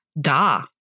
Da